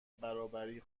برابری